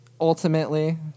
ultimately